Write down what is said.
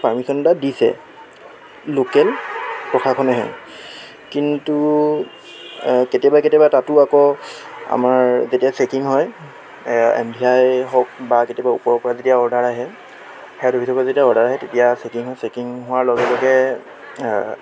permission এটা দিছে local প্ৰশাসনেহে কিন্তু কেতিয়াবা কেতিয়াবা তাতো আকৌ আমাৰ যেতিয়া চেকিং হয় এম ভি আই হওক বা কেতিয়াবা ওপৰৰ পৰা যেতিয়া অৰ্ডাৰ আহে হেড অফিচৰ পৰা যেতিয়া অৰ্ডাৰ আহে তেতিয়া চেকিং হয় চেকিং হোৱাৰ লগে লগে